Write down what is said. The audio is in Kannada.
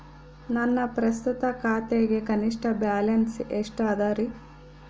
ನನ್ನ ಪ್ರಸ್ತುತ ಖಾತೆಗೆ ಕನಿಷ್ಠ ಬ್ಯಾಲೆನ್ಸ್ ಎಷ್ಟು ಅದರಿ?